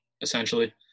essentially